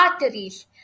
arteries